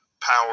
power